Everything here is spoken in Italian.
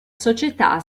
società